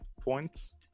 points